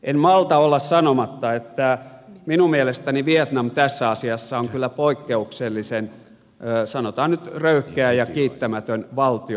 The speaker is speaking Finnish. en malta olla sanomatta että minun mielestäni vietnam tässä asiassa on kyllä poikkeuksellisen sanotaan nyt röyhkeä ja kiittämätön valtio